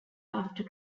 after